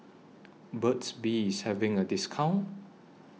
Burt's Bee IS having A discount